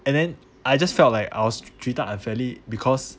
and then I just felt like I was treat treated unfairly because